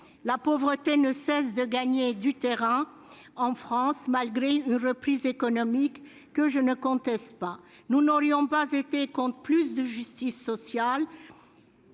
La pauvreté ne cesse de gagner du terrain en France, malgré une reprise économique que je ne conteste pas. Nous n'aurions pas été contre plus de justice sociale,